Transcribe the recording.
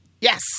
Yes